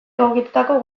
egokitutako